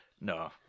No